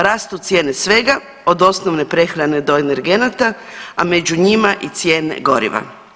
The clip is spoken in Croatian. Rastu cijene svega od osnovne prehrane do energenata, a među njima i cijene goriva.